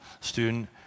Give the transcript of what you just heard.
student